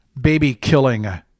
baby-killing